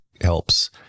helps